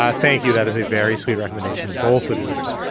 ah thank you. that is a very sweet recommendation, both of you.